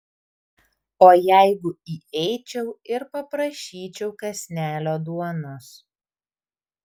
o jeigu įeičiau ir paprašyčiau kąsnelio duonos